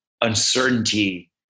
uncertainty